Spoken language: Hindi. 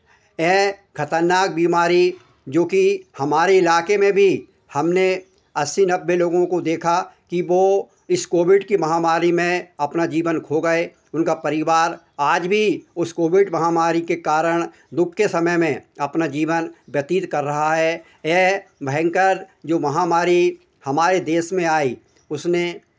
यह खतरनाक बीमारी जोकि हमारे इलाके में भी हमने अस्सी नब्बे लोगों को देखा कि वो इस कोविड की महामारी में अपना जीवन खो गए उनका परिवार आज भी उस कोविड महामारी के कारण दुःख के समय में अपना जीवन व्यतीत कर रहा है यह भयंकर जो महामारी हमारे देश में आई उसने